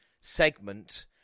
segment